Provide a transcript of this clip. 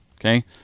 Okay